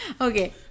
okay